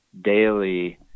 daily